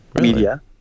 media